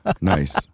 nice